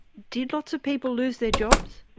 did lots of people lose their jobs?